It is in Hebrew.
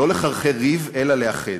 לא לחרחר ריב אלא לאחד.